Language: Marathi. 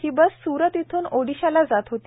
ही बस सूरत इथून ओदिशाला जात होती